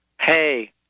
Hey